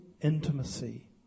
intimacy